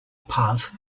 path